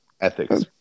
ethics